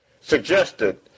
suggested